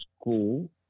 school